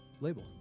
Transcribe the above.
label